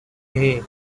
hey